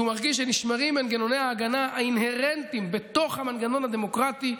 שהוא מרגיש שנשמרים מנגנוני ההגנה האינהרנטיים בתוך המנגנון הדמוקרטי.